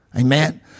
Amen